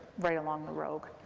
right along the rogue.